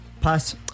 Pass